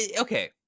Okay